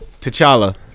T'Challa